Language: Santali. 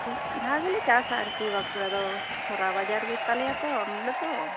ᱢᱤᱫ ᱫᱷᱟᱣ ᱜᱮᱞᱮ ᱪᱟᱥᱟ ᱟᱨᱠᱤ ᱵᱟᱠᱩᱲᱟ ᱫᱚ ᱠᱷᱚᱨᱟ ᱵᱟᱡᱟᱨ ᱜᱮᱛᱟᱞᱮᱭᱟ ᱛᱚ ᱱᱚᱰᱮ ᱫᱚ